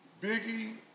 Biggie